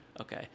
Okay